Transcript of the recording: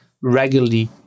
regularly